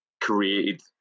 created